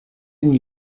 une